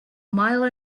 mile